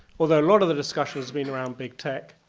although a lot of the discussion's been around big tech,